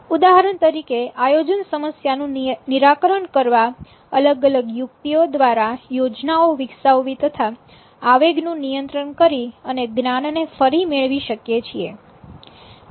ઉદાહરણ તરીકે આયોજન સમસ્યાનું નિરાકરણ કરવા અલગ અલગ યુક્તિઓ દ્વારા યોજનાઓ વિકસાવવી તથા આવેગનું નિયંત્રણ કરી અને જ્ઞાનને ફરી મેળવી શકીએ છીએ